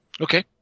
Okay